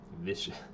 vicious